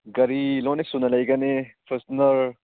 ꯒꯥꯔꯤ ꯂꯣꯏꯅ ꯁꯨꯅ ꯂꯩꯒꯅꯤ ꯐꯣꯔꯆꯨꯅꯔ